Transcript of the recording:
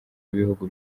b’ibihugu